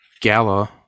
gala